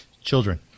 Children